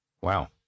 wow